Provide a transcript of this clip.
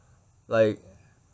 like